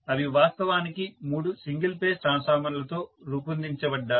అవి వాస్తవానికి మూడు సింగిల్ ఫేజ్ ట్రాన్స్ఫార్మర్లతో రూపొందించబడ్డాయి